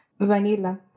Vanilla